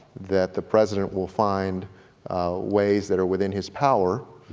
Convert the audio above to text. that the president will find ways that are within his power,